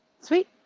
Sweet